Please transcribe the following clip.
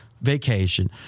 vacation